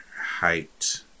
height